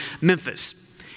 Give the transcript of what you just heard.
Memphis